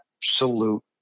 absolute